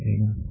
Amen